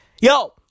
Yo